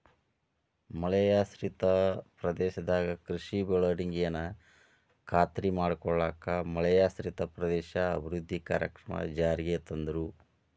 ಮಳೆಯಾಶ್ರಿತ ಪ್ರದೇಶದಾಗ ಕೃಷಿ ಬೆಳವಣಿಗೆನ ಖಾತ್ರಿ ಮಾಡ್ಕೊಳ್ಳಾಕ ಮಳೆಯಾಶ್ರಿತ ಪ್ರದೇಶ ಅಭಿವೃದ್ಧಿ ಕಾರ್ಯಕ್ರಮ ಜಾರಿಗೆ ತಂದ್ರು